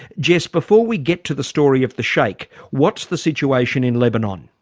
jess before we get to the story of the sheik, what's the situation in lebanon?